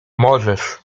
możesz